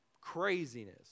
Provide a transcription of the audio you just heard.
craziness